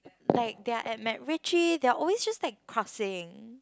like they're at MacRitchie they're always just like crossing